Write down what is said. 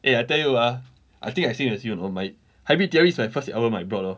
eh I tell you ah I think I same as you you know my hybrid theory is my first album that I bought lor